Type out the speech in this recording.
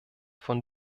von